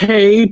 Hey